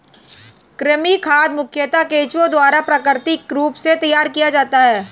कृमि खाद मुखयतः केंचुआ द्वारा प्राकृतिक रूप से तैयार किया जाता है